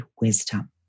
wisdom